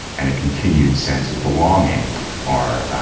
and a continued sense of belonging are,